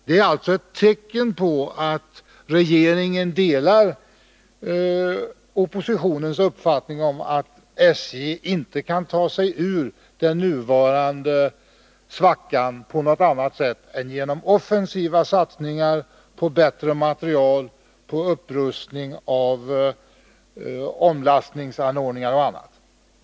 Det är alltså ett tecken på att regeringen delar oppositionens uppfattning att SJ inte kan ta sig ur den nuvarande svackan på något annat sätt än genom offensiva satsningar på bättre material och på upprustning av omlastningsanordningar och annat.